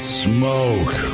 smoke